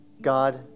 God